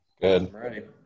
Good